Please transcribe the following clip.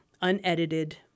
unedited